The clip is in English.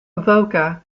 avoca